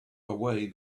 away